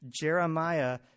Jeremiah